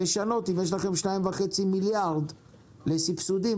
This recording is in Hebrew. אם יש להם 2.5 מיליארד לסבסודים,